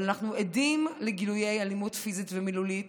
אבל אנחנו עדים לגילויי אלימות פיזית ומילולית